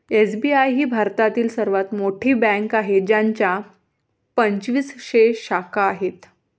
SBI ही भारतातील सर्वात मोठी बँक आहे ज्याच्या पंचवीसशे शाखा आहेत